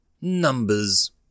Numbers